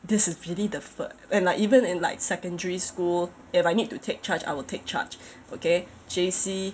this is really the first and like even in like secondary school if I need to take charge I will take charge okay J_C